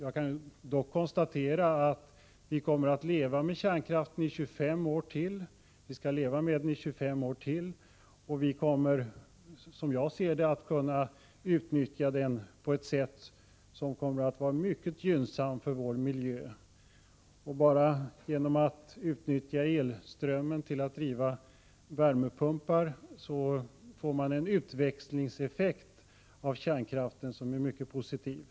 Vi skall dock leva med kärnkraften i 25 år till, och vi kommer, som jag ser det, att kunna använda den på ett sätt som är mycket gynnsamt för vår miljö. Bara genom att utnyttja elström för att driva värmepumpar ger kärnkraften en utväxlingseffekt som är mycket positiv.